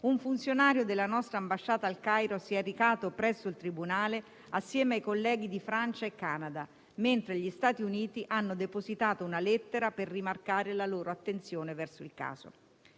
un funzionario della nostra ambasciata al Cairo si è recato presso il tribunale assieme ai colleghi di Francia e Canada, mentre gli Stati Uniti hanno depositato una lettera per rimarcare la loro attenzione verso il caso.